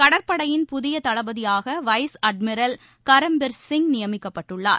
கடற்படையின் புதியதளபதியாக vice admiral Karambir Singh நியமிக்கப்பட்டுள்ளார்